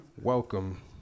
welcome